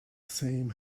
same